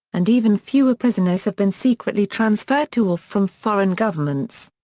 and even fewer prisoners have been secretly transferred to or from foreign governments.